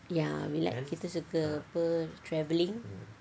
ya we like kita suka apa travelling